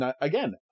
again